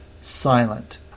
silent